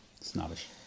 Snobbish